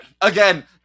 again